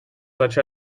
such